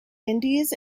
indies